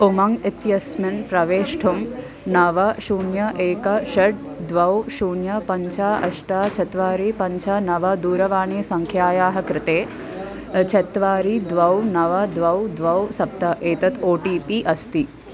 उमङ्ग् इत्यस्मिन् प्रवेष्टुं नव शून्यम् एकं षट् द्वे शून्यं पञ्च अष्ट चत्वारि पञ्च नव दूरवाणीसङ्ख्यायाः कृते चत्वारि द्वे नव द्वे द्वे सप्त एतत् ओ टि पि अस्ति